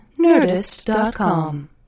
Nerdist.com